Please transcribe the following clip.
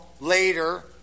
later